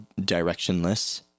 directionless